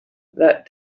that